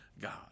God